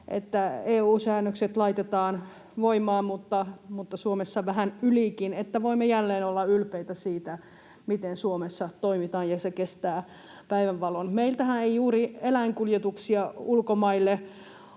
että EU-säännökset laitetaan voimaan mutta Suomessa vähän ylikin, että voimme jälleen olla ylpeitä siitä, miten Suomessa toimitaan ja se kestää päivänvalon. Meiltähän ei juuri eläinkuljetuksia ulkomaille